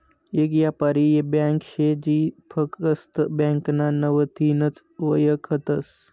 येक यापारी ब्यांक शे जी फकस्त ब्यांकना नावथीनच वयखतस